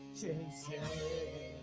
chasing